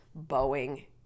Boeing